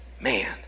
man